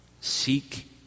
seek